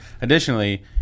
Additionally